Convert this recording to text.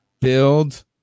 build